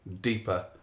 deeper